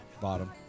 bottom